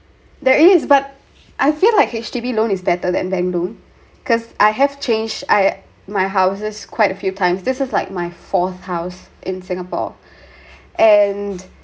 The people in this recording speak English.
there is but I feel like H_D_B loan is better than bank loan because I have changed I my houses quite a few times this is like my fourth house in singapore and